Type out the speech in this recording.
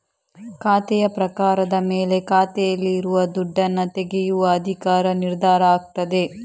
ಖಾತೆಯ ಪ್ರಕಾರದ ಮೇಲೆ ಖಾತೆಯಲ್ಲಿ ಇರುವ ದುಡ್ಡನ್ನ ತೆಗೆಯುವ ಅಧಿಕಾರ ನಿರ್ಧಾರ ಆಗ್ತದೆ